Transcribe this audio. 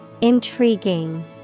Intriguing